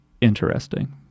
interesting